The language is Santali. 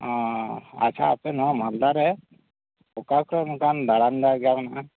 ᱟᱪᱷᱟ ᱟᱯᱮ ᱱᱚᱣᱟ ᱢᱟᱞᱫᱟ ᱨᱮ ᱚᱠᱟ ᱠᱚᱨᱮ ᱚᱱᱠᱟᱱ ᱫᱟᱬᱟᱱ ᱡᱟᱭᱜᱟ ᱢᱮᱱᱟᱜᱼᱟ